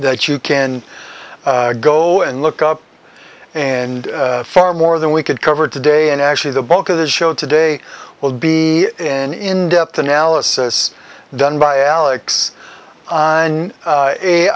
that you can go and look up and far more than we could cover today and actually the bulk of the show today will be in in depth analysis done by alex on